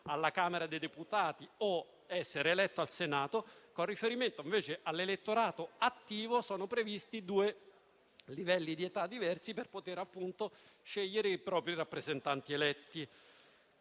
alla Camera dei deputati o essere eletti al Senato; con riferimento invece all'elettorato attivo, sono previsti due livelli di età diversi per poter scegliere i propri rappresentanti eletti.